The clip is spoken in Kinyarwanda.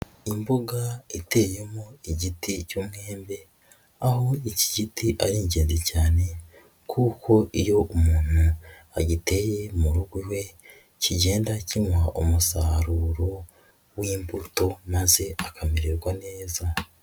Imbuga iteyemo igiti cy'umwembe, aho iki giti ari ingenzi cyane kuko iyo umuntu agiteye mu rugo rwe kigenda kimuha umusaruro w'imbuto maze akamererwa neza.